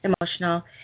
emotional